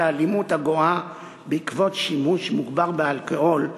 האלימות הגואה בעקבות שימוש מוגבר באלכוהול,